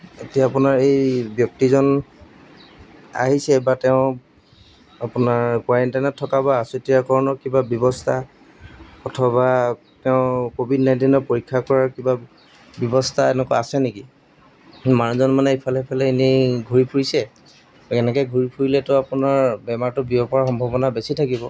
এতিয়া আপোনাৰ এই ব্যক্তিজন আহিছে বা তেওঁ আপোনাৰ কোৱাৰেনটাইনত থকা বা আছুতীয়াকৰণৰ কিবা ব্যৱস্থা অথবা তেওঁৰ ক'ভিড নাইনটিনৰ পৰীক্ষা কৰাৰ কিবা ব্যৱস্থা এনেকুৱা আছে নেকি মানুহজন মানে ইফালে সিফালে এনেই ঘূৰি ফুৰিছে এনেকৈ ঘূৰি ফুৰিলেতো আপোনাৰ বেমাৰটো বিয়পাৰ সম্ভাৱনা বেছি থাকিব